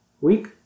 week